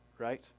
right